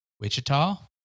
Wichita